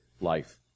Life